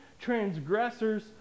transgressors